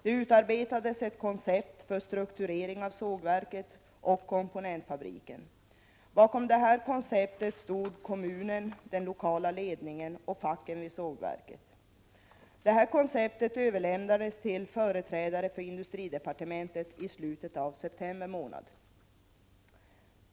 Ett koncept utarbetades för strukturering av sågverket och komponentfabriken. Bakom detta koncept stod kommunen, den lokala ledningen och facken vid sågverket. Detta koncept överlämnades till företrädare för industridepartementet i slutet av september månad.